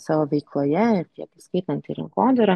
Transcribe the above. savo veikloje ir tiek įskaitant ir rinkodarą